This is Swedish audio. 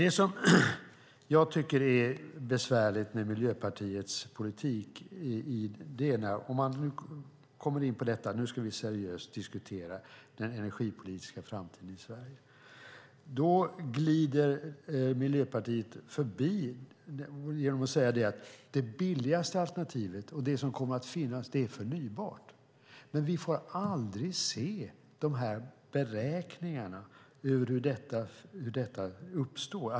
Det som jag tycker är besvärligt med Miljöpartiets politik är att om man kommer in på att vi seriöst ska diskutera den energipolitiska framtiden i Sverige glider Miljöpartiet förbi genom att säga att det billigaste alternativet och det som kommer att finnas är förnybara energikällor. Men vi får aldrig se beräkningarna av hur detta uppstår.